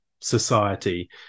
society